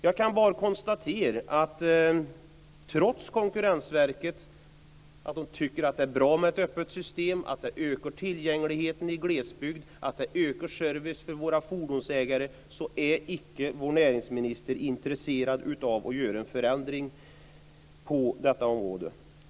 Jag konstaterar bara att trots att Konkurrensverket tycker att det är bra med ett öppet system, att det ökar tillgängligheten i glesbygden och att det ökar servicen för fordonsägarna är vår näringsminister inte intresserad av att genomföra en förändring på detta område.